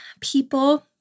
people